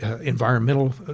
environmental